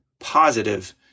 positive